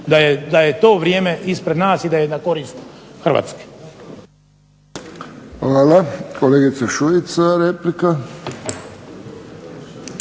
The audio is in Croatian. da je to vrijeme ispred nas i da je na korist Hrvatske.